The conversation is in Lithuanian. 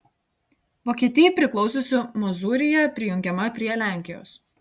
vokietijai priklausiusi mozūrija prijungiama prie lenkijos